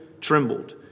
trembled